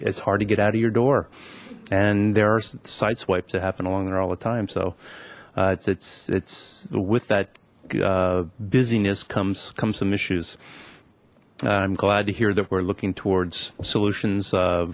it's hard to get out of your door and there are side swipes it happen along there all the time so it's it's it's with that busyness comes come some issues i'm glad to hear that we're looking towards solutions